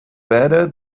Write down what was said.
better